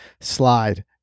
slide